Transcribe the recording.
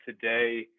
Today